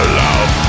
love